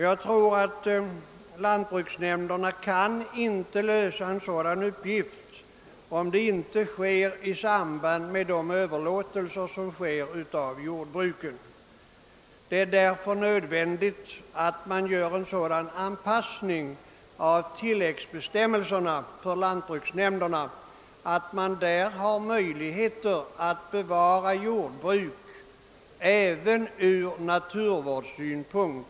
Jag tror inte att lantbruksnämnderna kan lösa en sådan uppgift om det inte sker i samband med överlåtelser av jordbruk. Det är därför nödvändigt att man utfärdar sådana tillämpningsföreskrifter att lantbruksnämnderna får möjlighet att bevara jordbruk även av naturvårdsskäl.